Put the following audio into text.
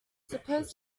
suppose